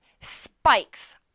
spikes